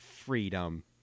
freedom